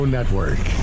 Network